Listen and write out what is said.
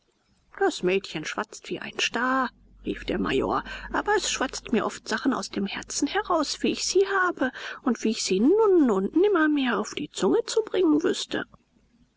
das mädchen schwatzt wie ein star rief der major aber es schwatzt mir oft sachen aus dem herzen heraus wie ich sie habe und wie ich sie nun und nimmermehr auf die zunge zu bringen wüßte